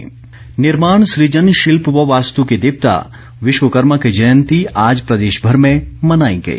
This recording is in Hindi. विश्वकर्मा दिवस निर्माण सृजन शिल्प व वास्तु के देवता विश्वकर्मा की जयंती आज प्रदेशभर में मनाई गई